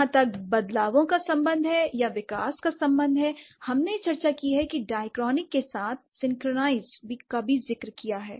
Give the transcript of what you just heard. जहां तक बदलावों का संबंध है या विकास का संबंध है हमने चर्चा की है दएक्रॉनिक के साथ साथ सिंक्रोनाइज़ का भी जिक्र किया है